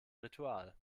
ritual